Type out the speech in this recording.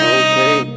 okay